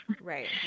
right